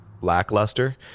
lackluster